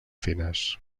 fines